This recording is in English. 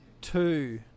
two